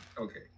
okay